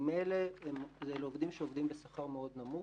ממילא אלה עובדים שעובדים בשכר מאוד נמוך,